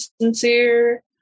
sincere